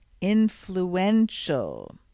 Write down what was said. influential